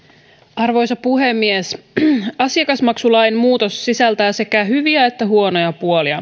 arvoisa puhemies asiakasmaksulain muutos sisältää sekä hyviä että huonoja puolia